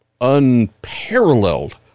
unparalleled